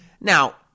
Now